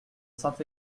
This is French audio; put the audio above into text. saint